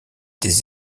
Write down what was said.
des